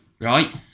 Right